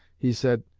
he said,